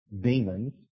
demons